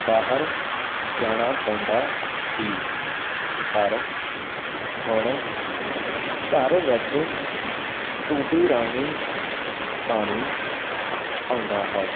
ਬਾਹਰ ਜਾਣਾ ਪੈਂਦਾ ਸੀ ਪਰ ਹੁਣ ਘਰ ਵਿੱਚ ਟੂਟੀ ਰਾਹੀਂ ਪਾਣੀ ਆਉਂਦਾ ਹੈ